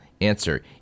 Answer